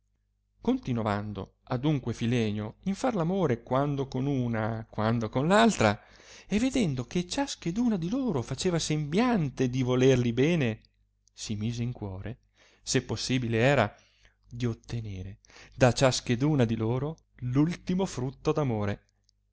beffare continovando adunque filenio in far amore quando con una quando con l'altra e vedendo che ciascheduna di loro faceva sembiante di volerli bene si mise in cuore se possibile era di ottenere da ciascheduna di loro l'ultimo frutto